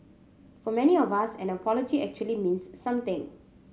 for many of us an apology actually means something